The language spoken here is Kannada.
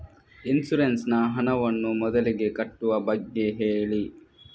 ಇನ್ಸೂರೆನ್ಸ್ ನ ಹಣವನ್ನು ಮೊದಲಿಗೆ ಕಟ್ಟುವ ಬಗ್ಗೆ ಹೇಳಿ